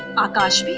akash,